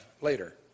later